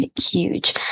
huge